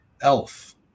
Elf